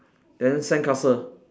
then sandcastle